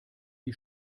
die